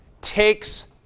takes